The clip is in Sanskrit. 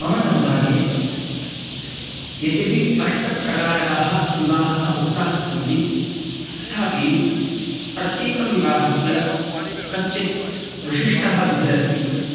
मम व्यापारस्तु नास्ति परन्तु अहं तत्र इदं तु वक्तुं पारयामि यत् इदानीं तन्त्रयुगः अस्ति तन्त्रयुगं अस्ति तत्र तन्त्रयुगे